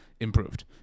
improved